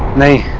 may